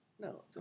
No